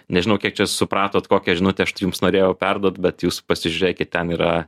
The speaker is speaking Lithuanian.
nežinau kiek čia supratot kokią žinutę aš jums norėjau perduot bet jūs pasižiūrėkit ten yra